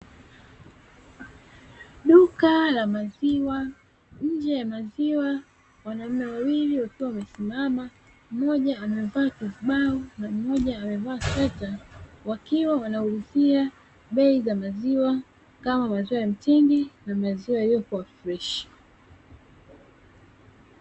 Duka la maziwa, nje ya maziwa, wanaume wawili wakiwa wamesimama mmoja amevaa kizibao na mmoja amevaa sweta, wakiwa wanaulizia bei za maziwa kama maziwa ya mtundi na maziwa yaliyokuwa freshi.